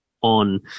on